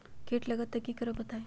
कीट लगत त क करब बताई?